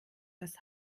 das